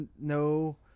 no